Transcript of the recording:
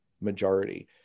majority